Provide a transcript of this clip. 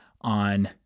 on